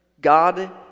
God